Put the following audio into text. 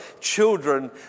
children